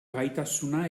gaitasuna